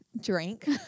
drink